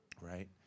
right